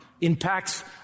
impacts